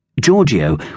Giorgio